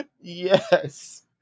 Yes